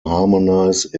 harmonize